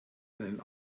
einen